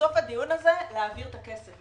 בסוף הדיון הזה להעביר את הכסף,